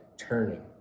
turning